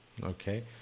Okay